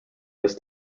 this